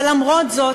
ולמרות זאת,